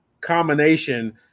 combination